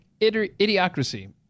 Idiocracy